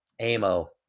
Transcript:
amo